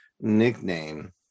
nickname